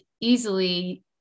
easily